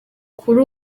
kuri